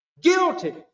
Guilty